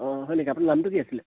অঁ হয় নেকি আপোনাৰ নামটো কি আছিলে